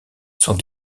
sont